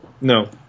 No